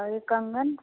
और ये कंगन